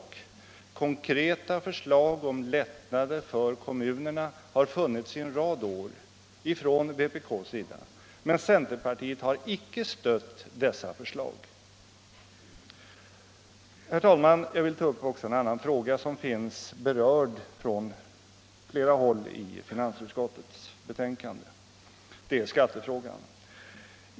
Konkreta förslag från vpk om lättnader för kommunerna har funnits i en rad år, men centerpartiet har icke stött dessa förslag. Herr talman! Jag vill ta upp också en annan fråga som berörs på flera ställen i finansutskottets betänkande. Det är skattefrågan.